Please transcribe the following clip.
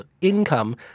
income